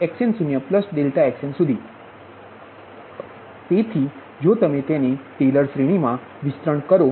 તેથી જો તમે તેને ટેલર શ્રેણીમાં વિસ્તૃત કરો